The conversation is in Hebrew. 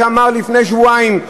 שאמר לפי שבועיים,